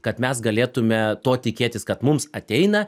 kad mes galėtume to tikėtis kad mums ateina